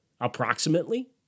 Approximately